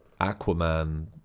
Aquaman